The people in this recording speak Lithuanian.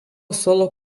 solo